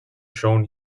shown